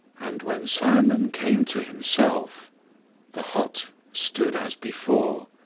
and when simon came to himself the hut stood as before,